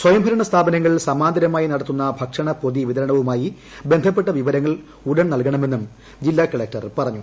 സ്വയംഭരണ സ്ഥാപനങ്ങൾ സമാന്തരമായി നടത്തുന്ന ഭക്ഷണപ്പൊതി വിതരണവുമായി ബന്ധപ്പെട്ട വിവരങ്ങൾ ഉടൻ നൽകണമെന്നും ജില്ലകളക്റ്റർ പറഞ്ഞു